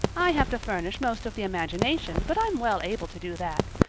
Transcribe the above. i have to furnish most of the imagination, but i'm well able to do that.